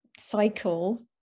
cycle